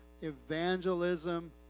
Evangelism